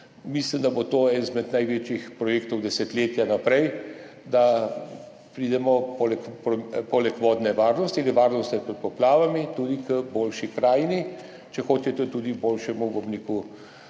mislim, da bo to eden izmed največjih projektov za desetletja naprej, da pridemo poleg vodne varnosti ali varnosti pred poplavami tudi do boljše krajine, če hočete, tudi boljšega,